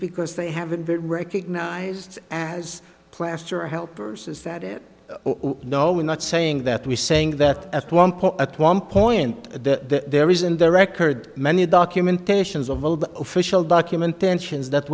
because they haven't been recognized as plaster helpers is that it no we're not saying that we saying that at one point at one point the reason the record many documentations of old official document tensions that